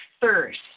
thirst